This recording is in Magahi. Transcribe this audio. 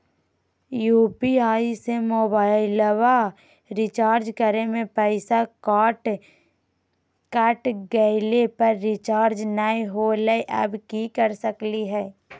यू.पी.आई से मोबाईल रिचार्ज करे में पैसा कट गेलई, पर रिचार्ज नई होलई, अब की कर सकली हई?